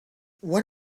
what